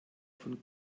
von